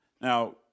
Now